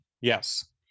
yes